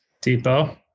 Depot